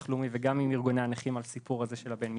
הלאומי וגם עם ארגוני הנכים על הסיפור הזה של בן המשפחה.